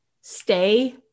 Stay